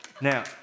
Now